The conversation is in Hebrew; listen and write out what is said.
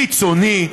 חיצוני,